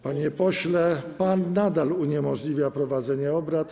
Panie pośle, pan nadal uniemożliwia prowadzenie obrad.